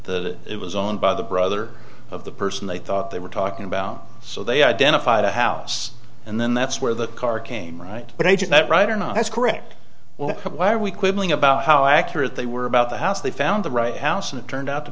the it was owned by the brother of the person they thought they were talking about so they identified a house and then that's where the car came right but i did not write or not that's correct or why are we quibbling about how accurate they were about the house they found the right house and it turned out to